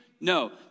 No